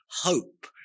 hope